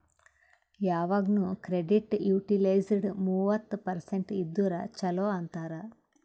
ಯವಾಗ್ನು credit utilized ಮೂವತ್ತ percent ಇದ್ದುರ ಛಲೋ ಅಂತಾರ್